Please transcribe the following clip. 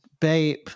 Bape